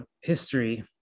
history